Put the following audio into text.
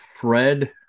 Fred